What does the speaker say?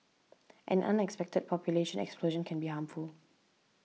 an unexpected population explosion can be harmful